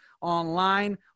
online